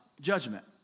judgment